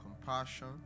compassion